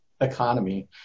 economy